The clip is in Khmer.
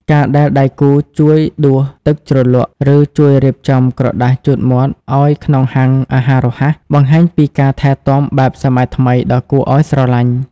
ការដែលដៃគូជួយដួសទឹកជ្រលក់ ឬជួយរៀបចំក្រដាសជូតមាត់ឱ្យក្នុងហាងអាហាររហ័ស បង្ហាញពីការថែទាំបែបសម័យថ្មីដ៏គួរឱ្យស្រឡាញ់។